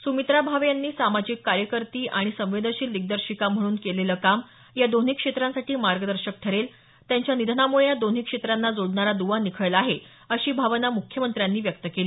सुमित्रा भावे यांनी सामाजिक कार्यकर्ता आणि संवेदनशील दिग्दर्शक म्हणून केलेलं काम या दोन्ही क्षेत्रांसाठी मार्गदर्शक ठरेल त्यांच्या निधनामुळे या दोन्ही क्षेत्रांना जोडणारा दुवा निखळला आहे अशी भावना म्ख्यमंत्र्यांनी व्यक्त केली